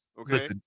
okay